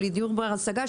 או לדיור בר השגה,